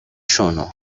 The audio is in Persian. شونو